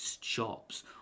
shops